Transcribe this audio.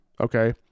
okay